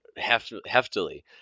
heftily